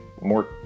more